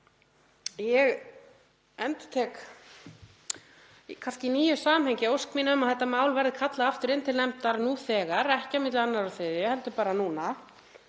Ég endurtek kannski í nýju samhengi ósk mína um að þetta mál verði kallað aftur inn til nefndar nú þegar, ekki á milli 2. og 3. umr. heldur bara núna,